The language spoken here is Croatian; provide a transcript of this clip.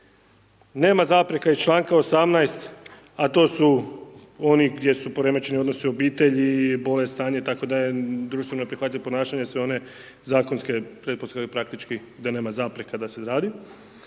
nema zapreka iz čl. 18., a to su oni gdje su poremećeni odnosi u obitelji, bolest, stanje itd., društveno neprihvatljivo ponašanje, sve one zakonske pretpostavke praktički da nema zapreka da se radi.